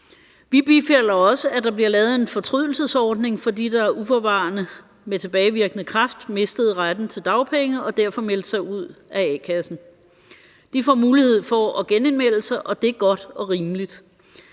Vi bifalder også, at der bliver lavet en fortrydelsesordning for dem, der uforvarende med tilbagevirkende kraft mistede retten til dagpenge og derfor meldte sig ud af a-kassen. De får mulighed for at genindmelde sig, og det er godt og rimeligt.